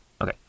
okay